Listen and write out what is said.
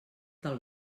del